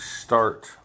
start